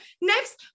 Next